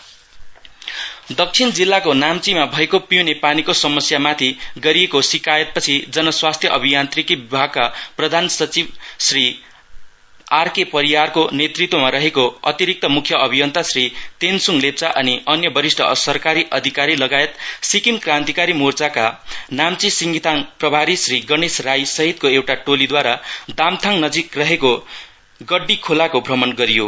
drinking water Namchi दक्षिण जिल्लाको नाम्चीमा भएको पिउने पानीको समस्यामाथि गरिएको सिकायत पछि जन स्वास्थ्य अभियान्त्रीको विभागका प्रधान सचिव श्री आरके परियारको नेतृत्वमा रहेको अतिरिक्त मुख्य अभियन्ता श्री तेञ्सुङ लेप्चा अनि अन्य वरिष्ठ सरकारी अधिकारी लगायत सिक्किम क्रान्तिकारी मोर्चाका नाम्ची सिङ्डिथाघ प्रभारी श्री गणेश राई सहितको एउटा टोलीद्वारा दामयाङ नजिक रहेको गड्डिखोला घोरेको भ्रमण गरियो